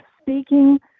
speaking